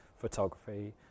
photography